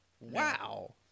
wow